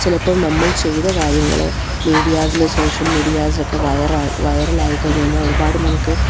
ചിലപ്പം നമ്മൾ ചെയ്ത കാര്യങ്ങള് മീഡിയാസില് സോഷ്യൽ മീഡിയാസിലൊക്കെ വയറലായി കഴിഞ്ഞാൽ ഒരുപാട് നമുക്ക്